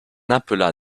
appela